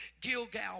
Gilgal